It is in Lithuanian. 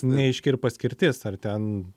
neaiški ir paskirtis ar ten